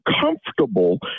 comfortable